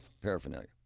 paraphernalia